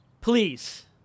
Please